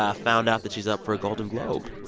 ah found out that she's up for a golden globe.